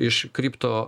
iš kripto